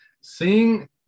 Seeing